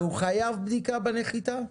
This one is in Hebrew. והוא חייב בדיקה בנחיתה?